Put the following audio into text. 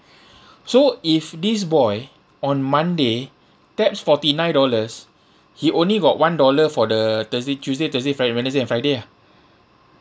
so if this boy on monday taps forty nine dollars he only got one dollar for the thursday tuesday thursday friday wednesday and friday ah